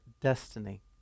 destiny